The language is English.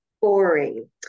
boring